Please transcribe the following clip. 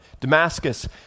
Damascus